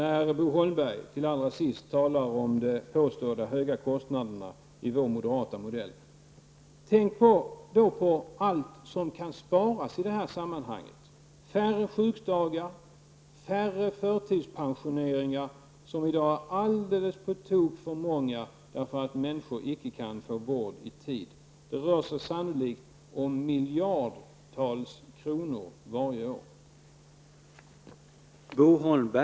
När Bo Holmberg talar om de påstådda höga kostnaderna i vår moderata modell, tänk då på allt som kan sparas i sammanhanget! Det blir färre sjukdagar och färre förtidspensioneringar. De senare har blivit alldeles på tok för många på grund av att människor inte har kunnat få vård i tid. Det kostar sannolikt miljardtals kronor varje år.